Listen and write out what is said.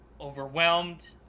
overwhelmed